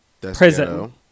prison